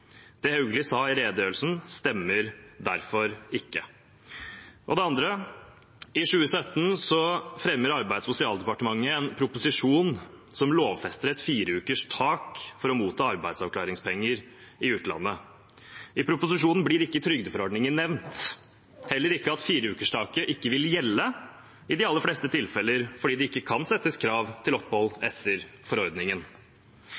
Det Hauglie sa i redegjørelsen, stemmer derfor ikke. Og det andre: I 2017 fremmer Arbeids- og sosialdepartementet en proposisjon som lovfester et fireukers tak for å motta arbeidsavklaringspenger i utlandet. I proposisjonen blir ikke trygdeforordningen nevnt, heller ikke at fireukerstaket ikke vil gjelde i de aller fleste tilfeller fordi det ikke kan settes krav til opphold